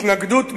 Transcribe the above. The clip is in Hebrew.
"התנגדות מוחלטת,